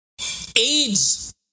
AIDS